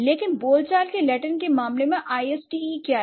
लेकिन बोलचाल के latin के मामले में I s t e क्या है